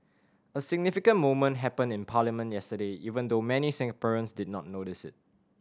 a significant moment happened in parliament yesterday even though many Singaporeans did not notice it